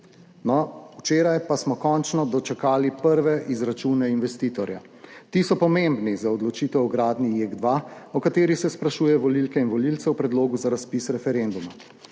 Včeraj pa smo končno dočakali prve izračune investitorja. Ti so pomembni za odločitev o gradnji JEK2, o kateri se sprašuje volivke in volivce v predlogu za razpis referenduma.